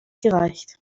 gereicht